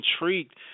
intrigued